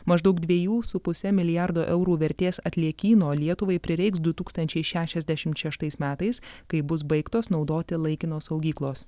maždaug dviejų su puse milijardo eurų vertės atliekyno lietuvai prireiks du tūkstančiai šešiasdešimt šeštais metais kai bus baigtos naudoti laikinos saugyklos